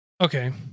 Okay